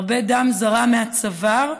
הרבה דם זרם מהצוואר,